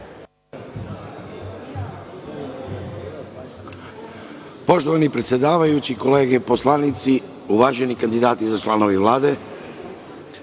Poštovani predsedavajući, kolege poslanici, uvaženi kandidati za članove Vlade,